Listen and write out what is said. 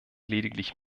lediglich